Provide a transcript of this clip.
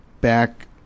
back